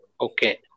Okay